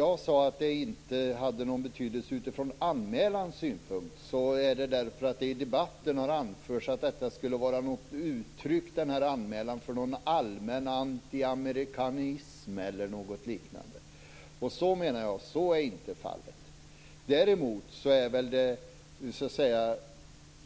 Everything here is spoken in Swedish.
Jag sade att det inte hade någon betydelse utifrån anmälans synpunkt därför att det i debatten har anförts att anmälan skulle vara något uttryck för en allmän antiamerikansk hållning eller liknande. Så är inte fallet. Däremot är den